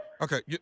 okay